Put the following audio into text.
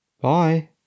Bye